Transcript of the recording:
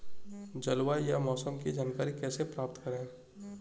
जलवायु या मौसम की जानकारी कैसे प्राप्त करें?